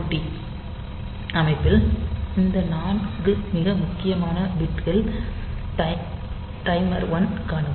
TMOD அமைப்பில் இந்த 4 மிக முக்கியமான பிட்கள் டைமர் 1 க்கானவை